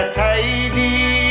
tidy